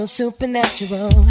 Supernatural